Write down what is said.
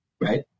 right